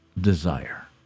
desire